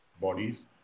bodies